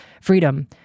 freedom